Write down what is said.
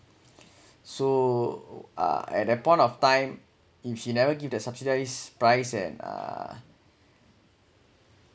so uh at that point of time if she never give that subsidized price and uh